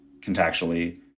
Contactually